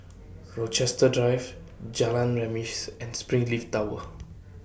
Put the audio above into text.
Rochester Drive Jalan Remis and Springleaf Tower